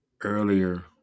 earlier